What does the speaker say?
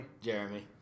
jeremy